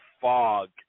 fog